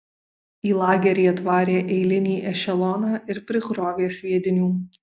į lagerį atvarė eilinį ešeloną ir prikrovė sviedinių